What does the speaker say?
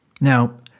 Now